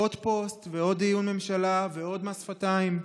עוד פוסט ועוד דיון ממשלה ועוד מס שפתיים,